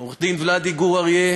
עו"ד ולאדי גור-ארי,